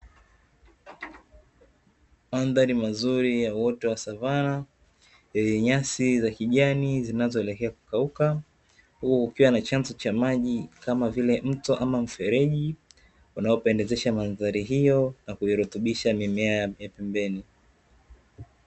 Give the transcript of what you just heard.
Mandhari mazuri ya uoto wa savana, wenye nyasi za kijani zinazoelekea kukauka, huku kukiwa na chanzo cha maji kama vile mto ama mfereji, unapendezesha mandhari hiyo na kuirutubisha mimea ya pembeni.